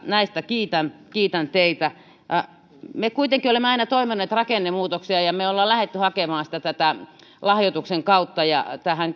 näistä kiitän kiitän teitä me kuitenkin olemme aina toivoneet rakennemuutoksia ja ja me olemme lähteneet hakemaan tätä lahjoituksen kautta tähän